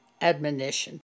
admonition